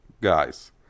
guys